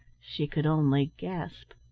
she could only gasp.